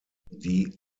die